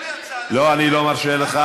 אדוני, תאפשר לי הצעה לסדר, לא, אני לא מרשה לך.